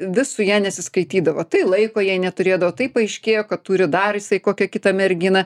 vis su ja nesiskaitydavo tai laiko jai neturėdavo tai paaiškėjo kad turi dar jisai kokią kitą merginą